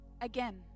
again